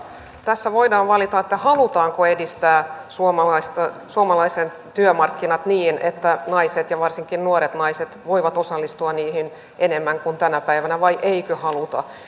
tässä voidaan valita halutaanko edistää suomalaisia työmarkkinoita niin että naiset ja varsinkin nuoret naiset voivat osallistua niihin enemmän kuin tänä päivänä vai eikö haluta